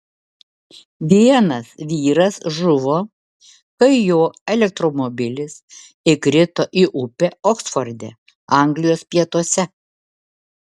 vienas vyras žuvo kai jo elektromobilis įkrito į upę oksforde anglijos pietuose